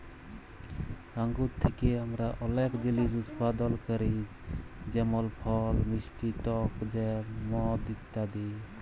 আঙ্গুর থ্যাকে আমরা অলেক জিলিস উৎপাদল ক্যরি যেমল ফল, মিষ্টি টক জ্যাম, মদ ইত্যাদি